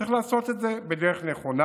צריך לעשות את זה בדרך נכונה,